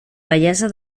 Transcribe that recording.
bellesa